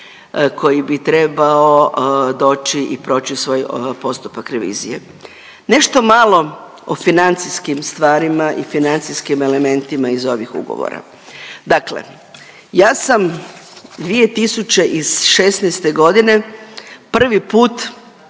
koji bi trebao doći i proći svoj postupak revizije. Nešto malo o financijskim stvarima i financijskim elementima iz ovih ugovora. Dakle, ja sam 2016. godine prvi put